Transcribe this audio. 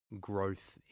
growth